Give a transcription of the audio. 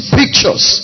pictures